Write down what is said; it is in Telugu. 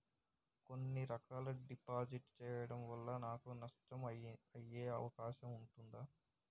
కొన్ని రకాల డిపాజిట్ చెయ్యడం వల్ల నాకు నష్టం అయ్యే అవకాశం ఉంటదా?